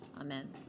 Amen